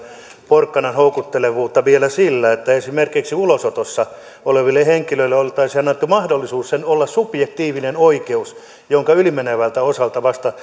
porkkanan houkuttelevuutta vielä sillä että esimerkiksi ulosotossa oleville henkilöille oltaisiin annettu mahdollisuus sen olla subjektiivinen oikeus jonka yli menevältä osalta vasta